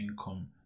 income